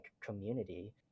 community